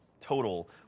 total